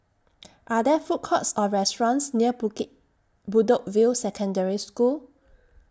Are There Food Courts Or restaurants near Bedok View Secondary School